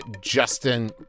Justin